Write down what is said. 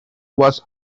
was